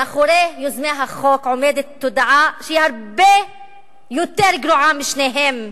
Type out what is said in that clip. מאחורי יוזמי החוק עומדת תודעה שהיא הרבה יותר גרועה משתיהן.